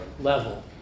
level